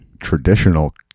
traditional